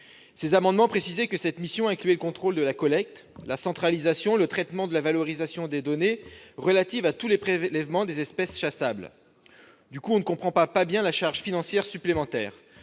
Nous précisions ainsi que cette mission incluait le contrôle de la collecte, la centralisation, le traitement de la valorisation des données relatives à tous les prélèvements des espèces chassables. Du coup, on ne comprend pas bien quelle serait la charge financière supplémentaire.